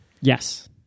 Yes